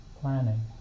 planning